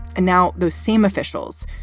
and now those same officials,